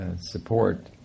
support